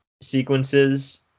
sequences